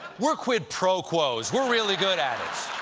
we're quid-pro-quos. we're really good at it!